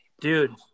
Dude